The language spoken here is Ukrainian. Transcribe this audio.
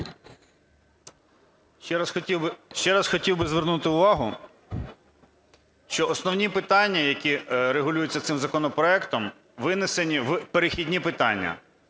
Ще раз хотів би звернути увагу, що основні питання, які регулюються цим законопроектом, винесені в перехідні питання.